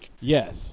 Yes